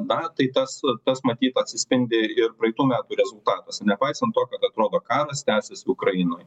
na tai tas tas matyt atsispindi ir praeitų metų rezultatuose nepaisant to kad atrodo karas tęsis ukrainoj